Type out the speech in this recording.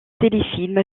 téléfilms